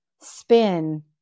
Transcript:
spin